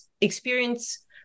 experience